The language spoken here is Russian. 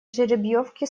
жеребьевки